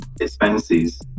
expenses